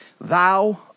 thou